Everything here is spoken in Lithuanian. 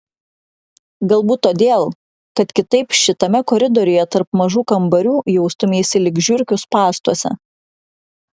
galbūt todėl kad kitaip šitame koridoriuje tarp mažų kambarių jaustumeisi lyg žiurkių spąstuose